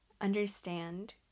understand